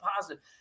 positive